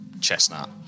chestnut